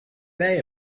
day